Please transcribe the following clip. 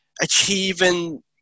achieving